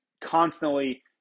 constantly